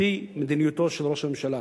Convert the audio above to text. על-פי מדיניותו של ראש הממשלה,